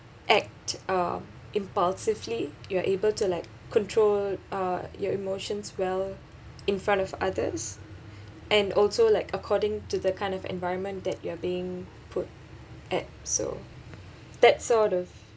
act uh impulsively you are able to like control uh your emotions well in front of others and also like according to the kind of environment that you're being put at so that sort of